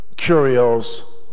Curios